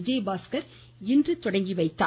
விஜயபாஸ்கர் இன்று தொடங்கிவைத்தார்